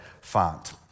font